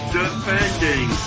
defending